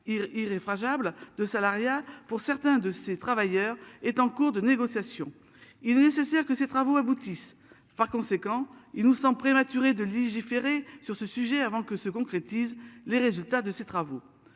irréfragable de salariat pour certains de ces travailleurs est en cours de négociation, il est nécessaire que ces travaux aboutissent. Par conséquent, il nous semble prématuré de légiférer sur ce sujet avant que se concrétise. Les résultats de ces travaux.